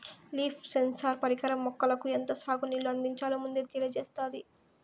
leaf sensor పరికరం మొక్కలకు ఎంత సాగు నీళ్ళు అందించాలో ముందే తెలియచేత్తాది